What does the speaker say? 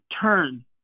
turn